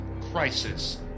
crisis